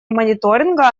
мониторинга